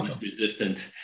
resistant